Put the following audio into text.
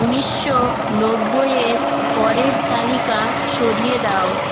উনিশশো নব্বইয়ের করের তালিকা সরিয়ে দাও